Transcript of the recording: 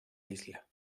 isla